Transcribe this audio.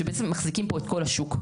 שבעצם מחזיקים פה את כל השוק.